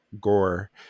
gore